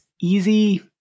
easy